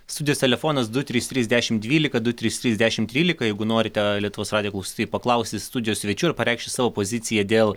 studijos telefonas du trys trys dešim dvylika du trys trys dešim trylika jeigu norite lietuvos radijo klausytojai paklausti studijos svečių ar pareikšti savo poziciją dėl